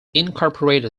incorporated